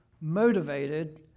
motivated